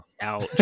Ouch